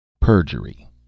PERJURY